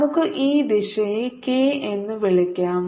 നമുക്ക് ഈ ദിശയെ k എന്ന് വിളിക്കാം